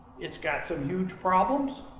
it's got some huge problems.